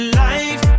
life